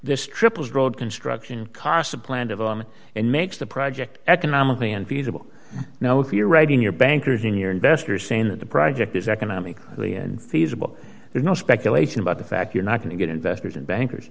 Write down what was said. this triples road construction costs a plant of them and makes the project economically unfeasible now if you're writing your bankers in your investors saying that the project is economically unfeasible there's no speculation about the fact you're not going to get investors and bankers